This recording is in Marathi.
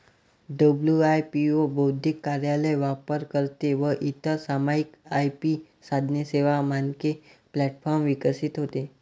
डब्लू.आय.पी.ओ बौद्धिक कार्यालय, वापरकर्ते व इतर सामायिक आय.पी साधने, सेवा, मानके प्लॅटफॉर्म विकसित होते